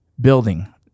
building